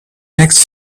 next